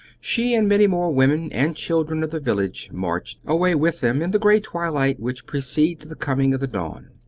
she and many more women and children of the village marched, away with them in the gray twilight which precedes the coming of the dawn.